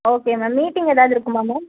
okay ma'am meeting ஏதாவது இருக்குமா ma'am